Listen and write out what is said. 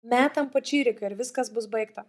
metam po čiriką ir viskas bus baigta